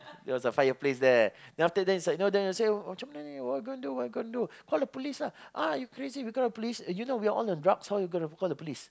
it was a fireplace there then after that it's like they say uh macam mana ni what you gonna do what you gonna do call the police lah ah crazy you know we are all on drugs how you gonna call the police